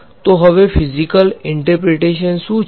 તો હવે physical interpretation શું છે